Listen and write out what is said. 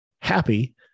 happy